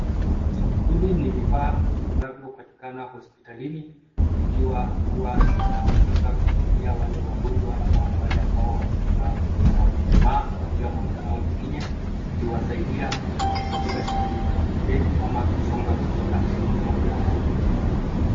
Hivi ni vifaa vinavyopatikana hospitalini, vikiwa huwa vinatumika kusaidia wale wagonjwa ama wale ambao wamelemaa, wamelemaa kwa njia moja au nyingine, ikiwasaidia katika shughuli za matembezi ama kusonga kutoka sehemu moja au nyingine.